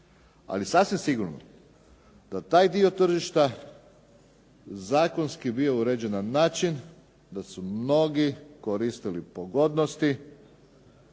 ali sasvim sigurno da taj dio tržišta zakonski je bio uređen na način da su mnogi koristili pogodnosti